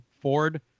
Ford